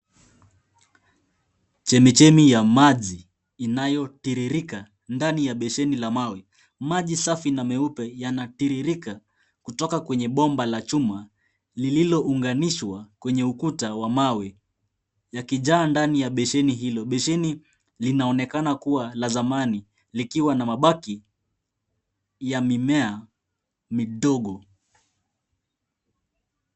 Chemichemi ya maji inayotiririka ndani ya beseni la mawe. Maji safi na meupe, yanatiririka kutoka kwenye bomba la chuma, lililounganishwa kwenye ukuta wa mawe, yakijaa ndani ya besheni hilo. Besheni linaonekana kua la zamani, likiwa na mabaki ya mimea midogo.